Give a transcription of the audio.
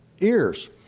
ears